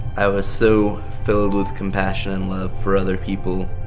i was so filled with compassion and love for other people,